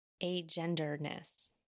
agenderness